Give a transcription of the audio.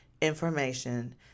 information